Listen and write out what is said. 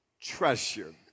treasure